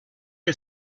que